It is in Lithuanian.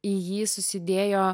į jį susidėjo